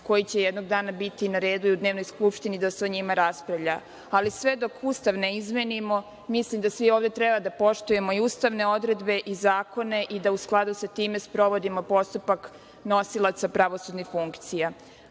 koji će jednog dana biti na dnevnom redu u Skupštini da se o njima raspravlja. Ali, sve dok Ustav ne izmenimo, mislim da svi ovde treba da poštujemo i ustavne odredbe i zakone i da u skladu sa time sprovodimo postupak nosilaca pravosudnih funkcija. Kada